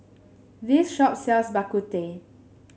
this shop sells Bak Kut Teh